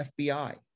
FBI